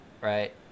right